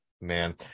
Man